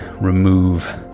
remove